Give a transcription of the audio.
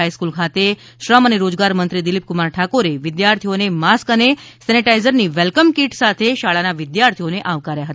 high school ખાતે શ્રમ અને રોજગાર મંત્રી દિલીપકુમાર ઠાકોરે વિદ્યાર્થીઓને માસ્ક અને સેનેટાઈઝરની વેલકમ કીટ સાથે શાળાના વિદ્યાર્થીઓને આવકાર્યા હતા